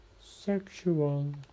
sexual